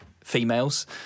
females